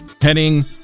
Heading